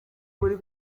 muri